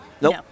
Nope